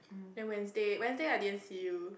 then Wednesday Wednesday I didn't see you